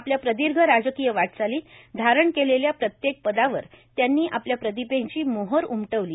आपल्या प्रदीर्घ राजकीय वाटचालीत धारण केलेल्या प्रत्येक पदावर त्यांनी आपल्या प्रतिभेची मोहर उमटवली